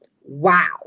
Wow